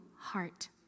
heart